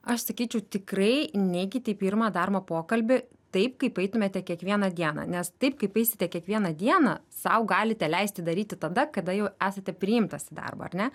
aš sakyčiau tikrai neikit į pirmą darbo pokalbį taip kaip eitumėte kiekvieną dieną nes taip kaip eisite kiekvieną dieną sau galite leisti daryti tada kada jau esate priimtas į darbą ar ne